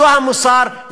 זה המוסר,